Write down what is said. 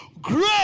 great